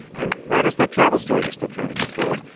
and write us that travel story you're still trying to decode.